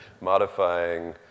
modifying